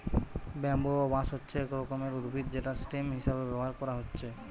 bamboo বা বাঁশ হচ্ছে এক রকমের উদ্ভিদ যেটা স্টেম হিসাবে ব্যাভার কোরা হচ্ছে